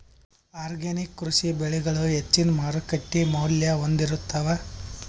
organic ಕೃಷಿ ಬೆಳಿಗಳು ಹೆಚ್ಚಿನ್ ಮಾರುಕಟ್ಟಿ ಮೌಲ್ಯ ಹೊಂದಿರುತ್ತಾವ